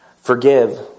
Forgive